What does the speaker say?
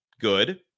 good